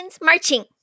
marching